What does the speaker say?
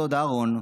הדוד אהרן,